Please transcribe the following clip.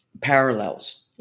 parallels